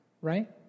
right